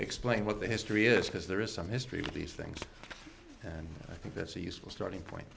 explain what the history is because there is some history of these things and i think that's a useful starting point